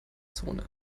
zone